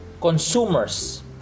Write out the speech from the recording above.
consumers